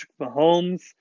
Mahomes